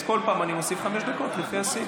אז כל פעם אני מוסיף חמש דקות, לפי הסעיף.